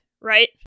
right